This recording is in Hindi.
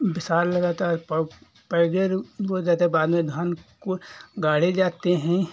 बिसाल लगाता है पैजर बोया जाता है बाद में धान को गाड़े जाते हैं